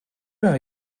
are